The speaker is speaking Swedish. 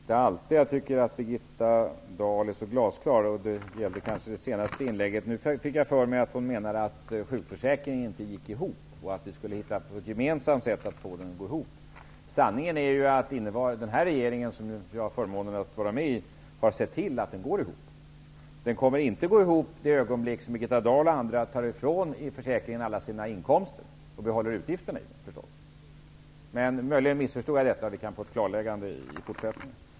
Herr talman! Det är inte alltid jag tycker att Birgitta Dahl är glasklar. Det gällde kanske det senaste inlägget. Nu fick jag för mig att hon menade att sjukförsäkringen inte gick ihop, att vi skulle hitta på ett gemensamt sätt att få den att gå ihop. Sanningen är att den här regeringen, som jag har förmånen att vara med i, har sett till att den går ihop. Den kommer inte att gå ihop i det ögonblick som Birgitta Dahl och andra tar ifrån försäkringen alla dess inkomster och behåller utgifterna i den. Möjligen missförstod jag detta. Vi kan få ett klarläggande sedan.